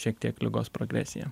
šiek tiek ligos progresiją